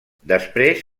després